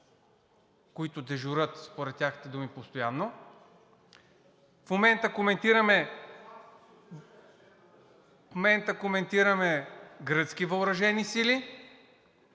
които дежурят, според техните думи, постоянно. В момента коментираме гръцки въоръжени сили.